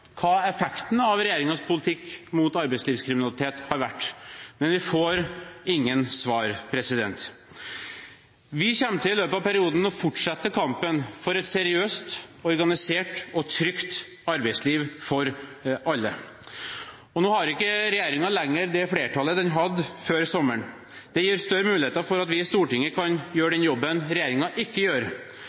hva effekten av regjeringens politikk mot arbeidslivskriminalitet har vært, men vi får ingen svar. Vi kommer i løpet av perioden til å fortsette kampen for et seriøst, organisert og trygt arbeidsliv for alle, og nå har ikke regjeringen lenger det flertallet den hadde før sommeren. Det gir større muligheter for at vi i Stortinget kan gjøre den jobben regjeringen ikke gjør.